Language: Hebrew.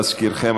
להזכירכם,